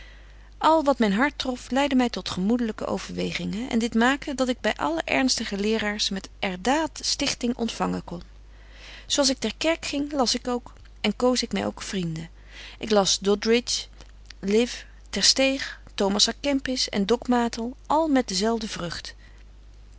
al wat myn hart trof leidde my tot gemoedelyke overwegingen en dit maakte dat ik by alle ernstige leeraars met er daad stichting ontfangen kon zo als ik ter kerk ging las ik ook en koos ik my ook vrienden ik las doddridge live tersteeg thomas à kempis en doknatel al met dezelfde vrugt